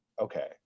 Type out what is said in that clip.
okay